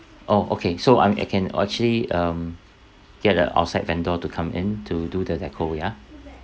oh okay so I'm I can actually um get a outside vendor to come in to do the deco ya